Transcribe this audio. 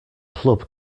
club